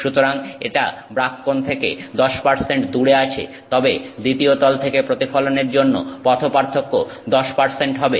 সুতরাং এটা ব্রাগ কোণ থেকে 10 দূরে আছে তবে দ্বিতীয় তল থেকে প্রতিফলনের জন্য পথপার্থক্য 10 হবে